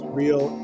real